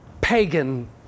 Pagan